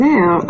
Now